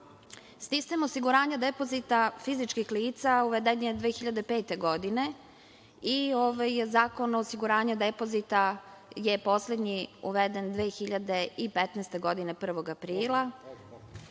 osiguranja depozita fizičkih lica uveden je 2005. godine i Zakon o osiguranju depozita je poslednji uveden 2015. godine, 1. aprila.